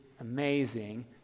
amazing